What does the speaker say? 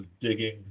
digging